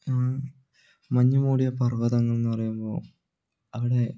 മഞ്ഞ് മൂടിയ പർവ്വതങ്ങൾ എന്നു പറയുമ്പോൾ അവിടെ